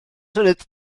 funud